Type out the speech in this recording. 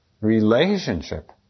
relationship